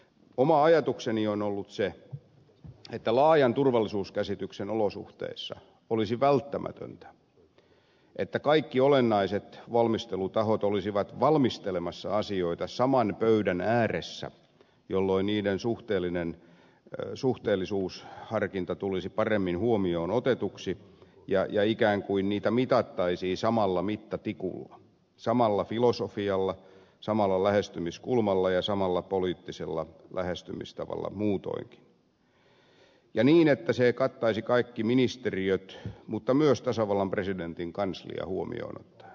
oma ajatukseni on ollut se että laajan turvallisuuskäsityksen olosuhteissa olisi välttämätöntä että kaikki olennaiset valmistelutahot olisivat valmistelemassa asioita saman pöydän ääressä jolloin niiden suhteellisuusharkinta tulisi paremmin huomioon otetuksi ja ikään kuin niitä mitattaisiin samalla mittatikulla samalla filosofialla samalla lähestymiskulmalla ja samalla poliittisella lähestymistavalla muutoinkin ja niin että se kattaisi kaikki ministeriöt mutta myös tasavallan presidentin kanslian huomioon ottaen